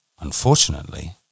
Unfortunately